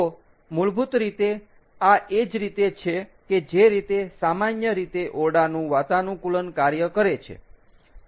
તો મૂળભૂત રીતે આ એ જ રીતે છે કે જે રીતે સામાન્ય રીતે ઓરડાનું વાતાનુકૂલન કાર્ય કરે છે